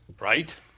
Right